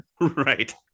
right